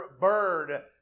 bird